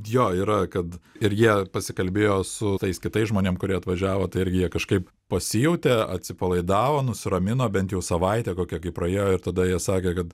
jo yra kad ir jie pasikalbėjo su tais kitais žmonėm kurie atvažiavo tai irgi jie kažkaip pasijautė atsipalaidavo nusiramino bent jau savaitė kokia kai praėjo ir tada jie sakė kad